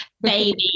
baby